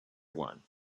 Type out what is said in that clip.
one